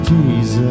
Jesus